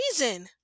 reason